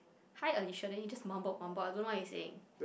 hi Alicia then he just mumbled mumbled I don't know what he saying